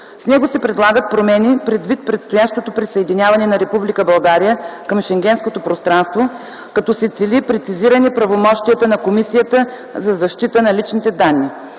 С него се предлагат промени предвид предстоящото присъединяване на Република България към Шенгенското пространство, като се цели прецизиране правомощията на Комисията за защита на личните данни.